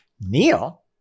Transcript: Neil